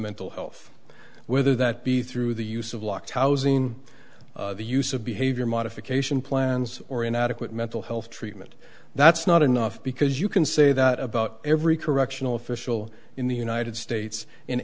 mental health whether that be through the use of lock housing the use of behavior modification plans or inadequate mental health treatment that's not enough because you can say that about every correctional official in the united states in